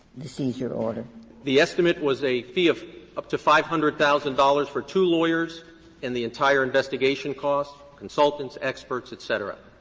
the seizure order? srebnick the estimate was a fee of up to five hundred thousand dollars for two lawyers and the entire investigation costs, consultants, experts, et cetera.